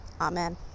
Amen